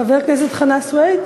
חבר הכנסת חנא סוייד?